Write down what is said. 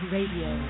Radio